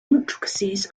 intricacies